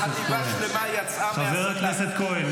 חטיבה שלמה יצאה מהסד"כ --- חבר הכנסת כהן,